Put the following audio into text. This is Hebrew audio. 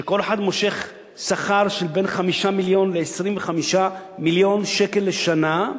כל אחד מושך שכר שבין 5 ל-25 מיליון שקל לשנה.